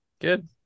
good